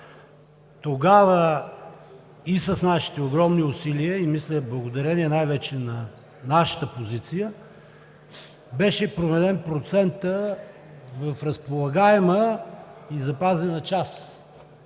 Тогава и с нашите огромни усилия и, мисля, благодарение най-вече на нашата позиция беше променен процентът в разполагаемата и запазена част